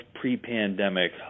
pre-pandemic